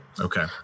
Okay